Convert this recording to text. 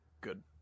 good